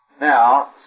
Now